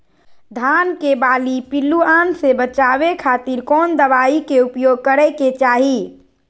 धान के बाली पिल्लूआन से बचावे खातिर कौन दवाई के उपयोग करे के चाही?